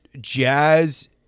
jazz